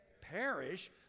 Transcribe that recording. perish